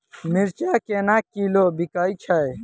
मिर्चा केना किलो बिकइ छैय?